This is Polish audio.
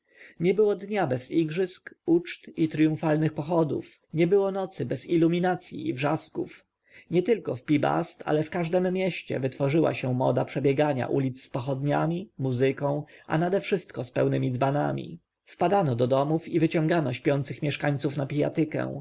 nie było dnia bez igrzysk uczt i triumfalnych pochodów nie było nocy bez iluminacji i wrzasków nietylko w pi-bast ale w każdem mieście wytworzyła się moda przebiegania ulic z pochodniami muzyką a nadewszystko z pełnemi dzbanami wpadano do domów i wyciągano śpiących mieszkańców na pijatykę